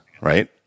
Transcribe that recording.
right